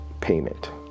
payment